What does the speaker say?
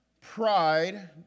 pride